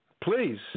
please